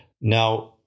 now